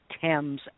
Thames